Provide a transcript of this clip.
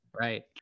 right